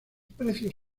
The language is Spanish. precios